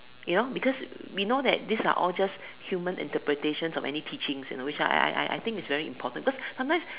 you know because we know that this are all just human interpretation of teachings you know which I I I I think is very important cause sometimes